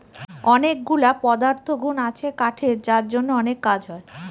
অনেকগুলা পদার্থগুন আছে কাঠের যার জন্য অনেক কাজ হয়